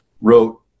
wrote